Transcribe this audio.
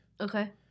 Okay